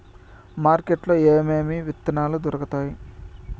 market లో ఏమేమి విత్తనాలు దొరుకుతాయి